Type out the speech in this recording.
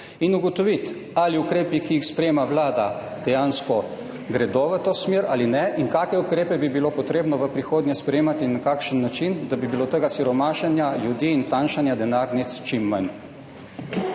in ugotoviti, ali ukrepi, ki jih sprejema Vlada, dejansko gredo v to smer ali ne, in kakšne ukrepe bi bilo potrebno v prihodnje sprejemati in na kakšen način, da bi bilo tega siromašenja ljudi in tanjšanja denarnic čim manj.